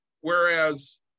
Whereas